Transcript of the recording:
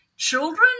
Children